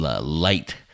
light